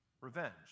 revenge